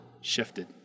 shifted